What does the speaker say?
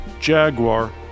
Jaguar